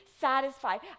satisfied